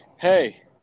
hey